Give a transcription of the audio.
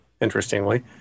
interestingly